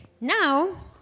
Now